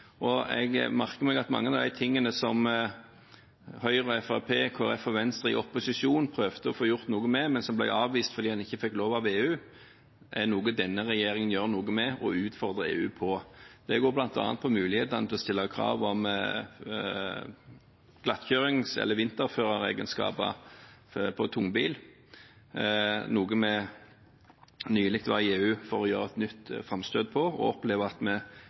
og jeg merker meg at mange av de tingene som Høyre, Fremskrittspartiet, Kristelig Folkeparti og Venstre i opposisjon prøvde å få gjort noe med, men som ble avvist fordi en ikke fikk lov av EU, er noe denne regjeringen gjør noe med, og utfordrer EU på. Det går bl.a. på mulighetene til å stille krav om glattkjørings- eller vinterføreegenskaper på tungbil, noe vi nylig var i EU for å gjøre et nytt framstøt om, og vi opplever at